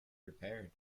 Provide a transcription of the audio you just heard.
repaired